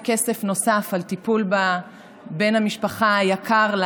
כסף נוסף על טיפול בבן המשפחה היקר לה,